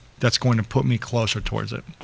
that's going to put me closer towards it?